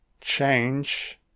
change